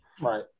Right